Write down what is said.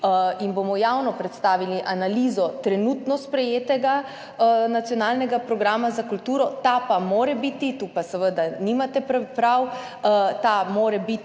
bomo javno predstavili analizo trenutno sprejetega nacionalnega programa za kulturo, ta pa mora biti, tu seveda nimate prav,